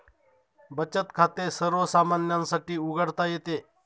बचत खाते सर्वसामान्यांसाठी उघडता येते